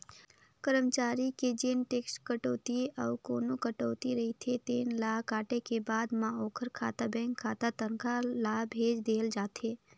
करमचारी के जेन टेक्स कटउतीए अउ कोना कटउती रहिथे तेन ल काटे के बाद म ओखर खाता बेंक खाता तनखा ल भेज देहल जाथे